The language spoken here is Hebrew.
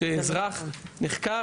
שאזרח נחקר,